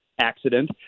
accident